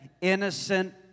innocent